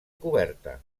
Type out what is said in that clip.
coberta